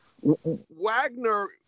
Wagner